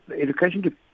Education